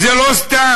זה לא סתם,